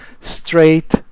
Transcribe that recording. straight